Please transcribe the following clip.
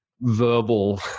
verbal